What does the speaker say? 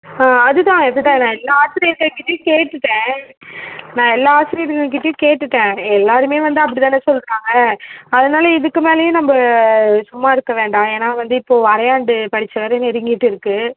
ஆ அது தான் அது தான் நான் எல்லா ஆசிரியர்கள் கிட்டேயும் கேட்டுவிட்டேன் நான் எல்லா ஆசிரியர்கள் கிட்டேயும் கேட்டுவிட்டேன் எல்லாேருமே வந்து அப்படி தானே சொல்கிறாங்க அதனால இதுக்கு மேலயுேம் நம்ம சும்மா இருக்க வேண்டாம் ஏன்னால் வந்து இப்போது அரையாண்டு பரிட்ச வேறு நெருங்கிட்டு இருக்குது